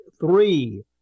three